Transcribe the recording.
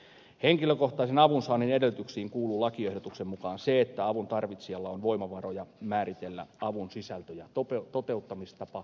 henkilökohtaisen avun saannin edellytyksiin kuuluu lakiehdotuksen mukaan se että avun tarvitsijalla on voimavaroja määritellä avun sisältö ja toteutustapa